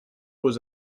was